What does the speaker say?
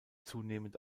zunehmend